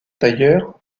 tailleur